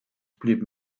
blieb